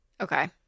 Okay